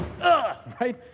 Right